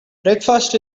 breakfast